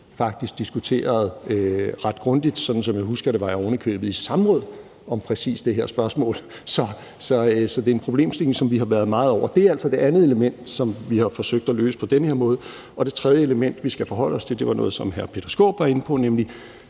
faktisk diskuterede ret grundigt. Sådan som jeg husker det, var jeg ovenikøbet i samråd om præcis det her spørgsmål. Så det er en problemstilling, som vi har været meget inde over. Det er altså det andet element, som vi har forsøgt at løse på den her måde. Det tredje element, vi skal forholde os til, er noget, som hr. Peter Skaarup var inde på, nemlig